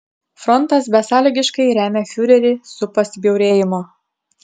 frontas besąlygiškai remia fiurerį su pasibjaurėjimu